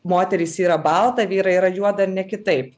moterys yra balta vyrai yra juoda ir ne kitaip